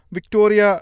Victoria